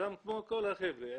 גם כמו כל החבר'ה,